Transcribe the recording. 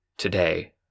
today